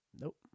Nope